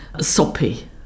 soppy